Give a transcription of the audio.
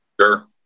Sure